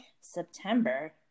september